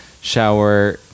shower